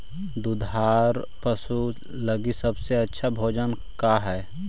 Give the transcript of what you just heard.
दुधार पशु लगीं सबसे अच्छा भोजन का हई?